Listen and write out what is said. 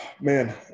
Man